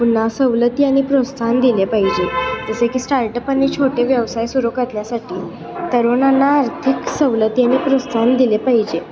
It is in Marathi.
पुन्हा सवलती आणि प्रोत्साहन दिले पाहिजे जसे की स्टार्टअप आणि छोटे व्यवसाय सुरू करण्यासाठी तरुणांना आर्थिक सवलती आणि प्रोत्साहन दिले पाहिजे